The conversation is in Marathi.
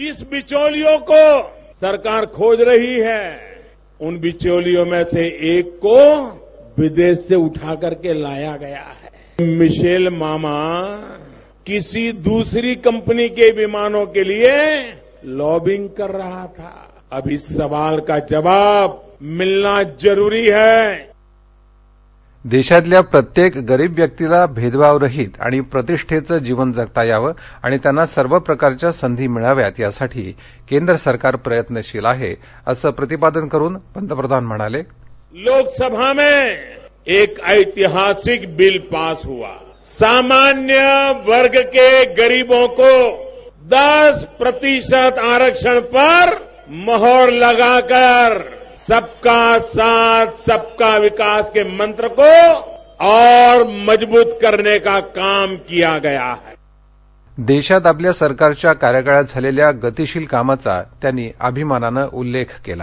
जिस बिचौलियों को सरकार खोज रही हैं उन बिचोलियों में से एक को विदेशसे उठा करके लाया गया हैं मिशेल मामा किसी दुसरी कंपनी के विमानों के लिए लॉबिंग कर रहा था अभी सवाल का जवाब मिलना जरुरी हैं देशातल्या प्रत्येक गरीब व्यक्तीला भेदभावरहित आणि प्रतिषेचं जीवन जगता यावं आणि त्यांना सर्व प्रकारच्या संधी मिळाव्यात यासाठी केंद्र सरकार प्रयत्नशील आहे असं प्रतिपादन करून पंतप्रधान म्हणाले लोकसभा में एक ऐतिहासिक बिल पास ह्आ सामान्य वर्ग के गरिबों को दस प्रतिशत आरक्षण पर मोहर लगा कर सब का साथ सब का विकास के मंत्र को और मजब्रत करने का काम किया गया देशात आपल्या सरकारच्या कार्यकाळात झालेल्या गतिशील कामाचा त्यांनी अभिमानानं उल्लेख केला